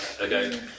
Okay